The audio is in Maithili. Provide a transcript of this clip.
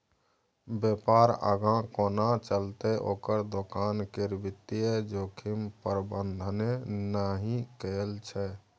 बेपार आगाँ कोना चलतै ओकर दोकान केर वित्तीय जोखिम प्रबंधने नहि कएल छै